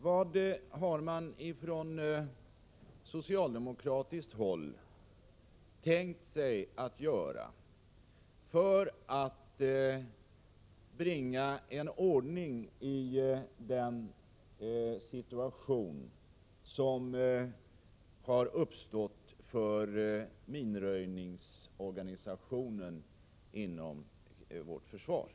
Vad har man från socialdemokratiskt håll tänkt sig att göra för att bringa ordning i den situation som har uppstått för minröjningsorganisationen inom vårt försvar?